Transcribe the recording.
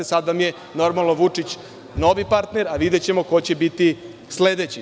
Sada vam je, normalno, Vučić novi partner, a videćemo ko će biti sledeći.